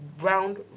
Round